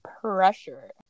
pressure